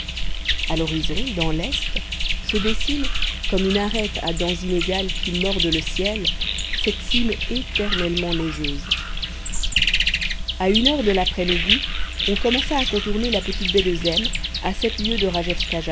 a l'horizon dans l'est se dessine comme une arête à dents inégales qui mordent le ciel cette cime éternellement neigeuse a une heure de l'après-midi on commença à contourner la petite baie de zèmes à sept lieues de